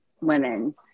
women